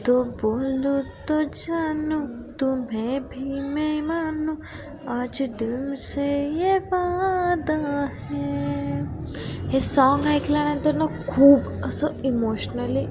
तो बोलू तो जानू तुम्हे भी मैं मानू आज दिलसे ये वादा है हे साँग ऐकल्यानंतर न खूप असं इमोशनली